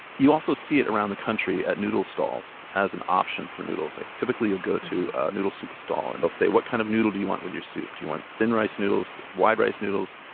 you also see it around the country at noodle stalls as an option for noodles. like typically, you'll go to a noodle soup stall and they'll say, what kind of noodle do you want with your soup? do you want think rice noodles, wide rice noodles?